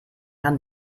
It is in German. haben